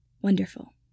Wonderful